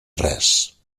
res